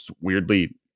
weirdly